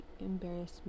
embarrassment